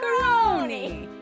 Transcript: Macaroni